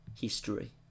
history